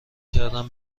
کردم